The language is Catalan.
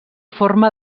forma